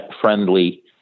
friendly